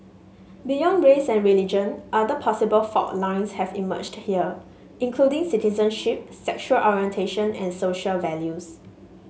beyond race and religion other possible fault lines have emerged here including citizenship sexual orientation and social values